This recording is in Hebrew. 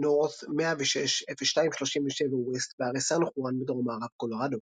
ב-39°29′11″N 106°02′37″W בהרי סן חואן בדרום-מערב קולורדו.